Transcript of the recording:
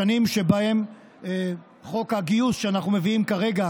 השנים שבהן חוק הגיוס שאנחנו מביאים כרגע